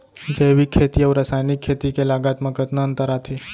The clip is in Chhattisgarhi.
जैविक खेती अऊ रसायनिक खेती के लागत मा कतना अंतर आथे?